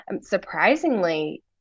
surprisingly